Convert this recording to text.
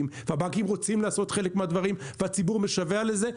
והבנקים רוצים לעשות חלק מהדברים והציבור משווע לזה.